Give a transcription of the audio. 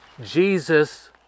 Jesus